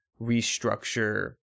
restructure